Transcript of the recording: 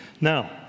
Now